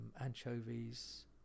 anchovies